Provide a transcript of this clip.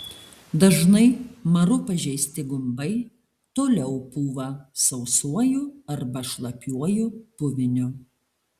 dažnai maru pažeisti gumbai toliau pūva sausuoju arba šlapiuoju puviniu